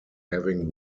having